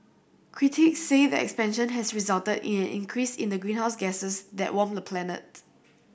critics say the expansion has resulted in an increase in the greenhouse gases that warm the planet